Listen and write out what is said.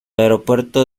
aeropuerto